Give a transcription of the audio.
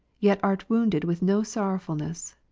yet art wounded with no sorrowful ness.